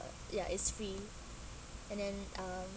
ya it's free and then um